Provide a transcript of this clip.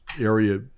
area